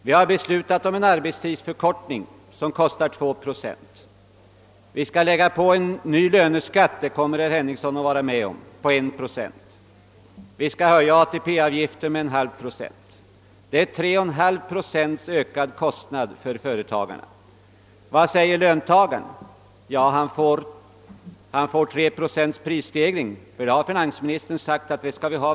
Vi har beslutat om en arbetstidsförkortning som kostar 2 procent av lönesumman. Herr Henningsson kommer att vara med om att införa en ny löneskatt om 1 procent, och en höjning av ATP-avgiften tillkommer dessutom, som kostar 0,5 procent av lönesumman. Detta innebär tillsammans 3,5 procent i ökning av kostnaderna för företagarna 1969. Vilka krav ställs det då från löntagarna?